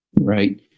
right